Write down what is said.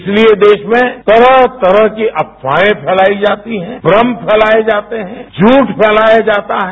इसलिए देश में तरह तरह की अफवाएं फैलाई जाती हैं भ्रम फैलाएं जाते हैं झूठ फैलाया जाता है